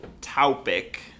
topic